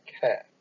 care